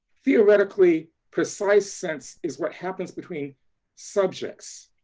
theoretically, precise sense, is what happens between subjects.